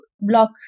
block